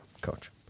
coach